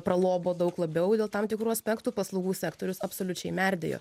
pralobo daug labiau dėl tam tikrų aspektų paslaugų sektorius absoliučiai merdėjo